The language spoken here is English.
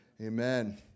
Amen